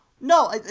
No